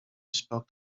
spoke